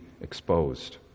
exposed